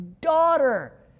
daughter